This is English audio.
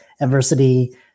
adversity